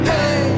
Hey